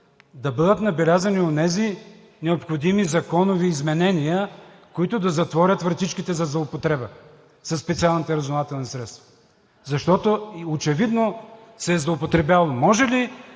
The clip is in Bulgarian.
да бъдат набелязани онези необходими законови изменения, които да затворят вратичките за злоупотреба със специалните разузнавателни средства, защото очевидно се е злоупотребявало. Може ли